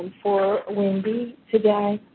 for wendy today.